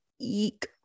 eek